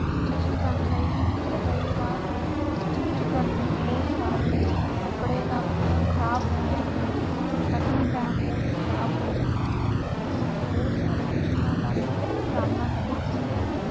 stitching ਕਰਨ ਲਈ ਕਈ ਵਾਰ ਸਟਿਚ ਕਰਨ ਲਈ ਬਹੁਤ ਸਾਰੇ ਕੱਪੜੇ ਦਾ ਮਤਲਬ ਖ਼ਰਾਬ ਹੋ ਜਾਣਾ ਕਟਿੰਗ ਟਾਈਮ ਬਹੁਤ ਖ਼ਰਾਬ ਹੋ ਜਾਣਾ ਇਸ ਲਈ ਬਹੁਤ ਸਾਰੇ ਮੁਸ਼ਕਿਲਾਂ ਦਾ ਸਾਹਮਣਾ ਕਰਨਾ ਪੈਂਦਾ ਹੈ